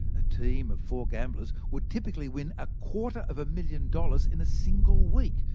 a team of four gamblers would typically win a quarter of a million dollars in a single week.